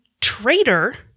traitor